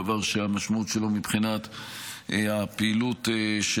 דבר שהמשמעות שלו מבחינת הפעילות של